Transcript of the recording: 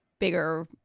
bigger